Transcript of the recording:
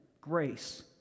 grace